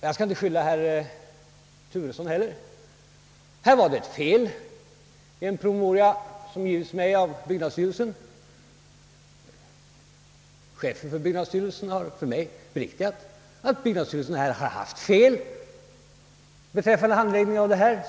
Jag skall inte skylla herr Turesson heller. Här var det ett fel i en promemoria som givits mig av byggnadsstyrelsen. Byggnadsstyrelsens chef har för mig beriktigat att byggnadsstyrelsen gjort fel vid handläggningen av det här ärendet.